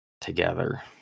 together